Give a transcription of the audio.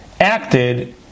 acted